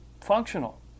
Functional